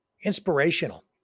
inspirational